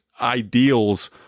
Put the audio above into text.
ideals